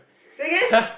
say again